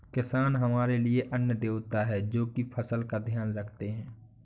किसान हमारे लिए अन्न देवता है, जो की फसल का ध्यान रखते है